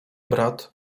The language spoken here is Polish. brat